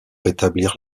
rétablir